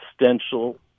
existential